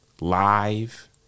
live